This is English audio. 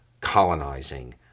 colonizing